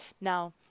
Now